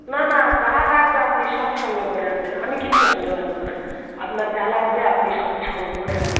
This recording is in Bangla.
না না যা লাগবে আপনি সব সঙ্গে করে আনবেন আমি কিচ্ছু আনতে পারবো না আপনার যা লাগবে আপনি সবই সঙ্গে করে আনবেন